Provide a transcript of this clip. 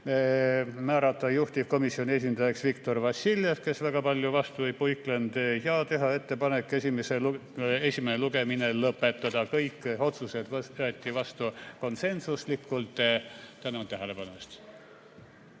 määrata juhtivkomisjoni esindajaks Viktor Vassiljev, kes väga palju vastu ei puigelnud, ja teha ettepanek esimene lugemine lõpetada. Kõik otsused võeti vastu konsensuslikult. Tänan tähelepanu eest!